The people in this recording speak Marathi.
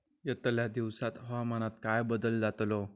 यतल्या दिवसात हवामानात काय बदल जातलो?